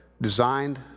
designed